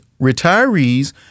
retirees